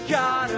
God